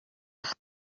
байх